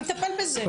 אני אטפל בזה,